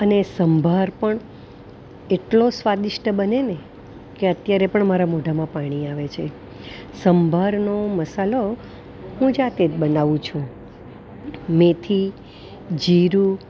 અને સંભાર પણ એટલો સ્વાદિષ્ટ બને ને કે અત્યારે પણ મારા મોઢામાં પાણી આવે છે સંભારનો મસાલો હું જાતે જ બનાવું છું મેથી જીરું